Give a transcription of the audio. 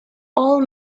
all